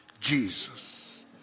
Jesus